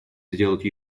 сделать